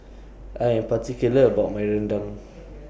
I Am particular about My Rendang